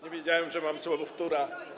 Nie wiedziałem, że mam sobowtóra.